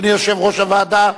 אדוני, יושב-ראש הוועדה?